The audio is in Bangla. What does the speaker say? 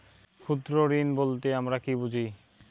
ক্ষুদ্র ঋণ বলতে আমরা কি বুঝি?